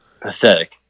pathetic